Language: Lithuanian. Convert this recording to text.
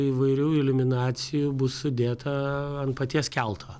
įvairių iliuminacijų bus sudėta ant paties kelto